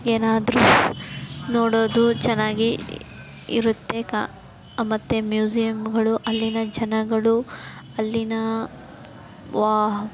ಏನಾದರೂ ನೋಡೋದು ಚೆನ್ನಾಗಿ ಇರುತ್ತೆ ಕಾ ಮತ್ತೆ ಮ್ಯೂಸಿಯಮ್ಗಳು ಅಲ್ಲಿನ ಜನಗಳು ಅಲ್ಲಿನ ವಾ